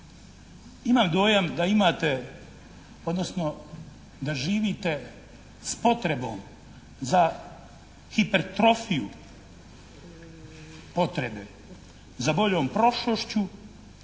Imam dojam da imate odnosno da živite s potrebom za hipertrofiju potrebe za boljom prošlošću